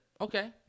Okay